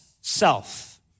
self